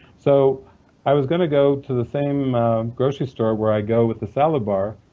so i was going to go to the same grocery store where i go with the salad bar,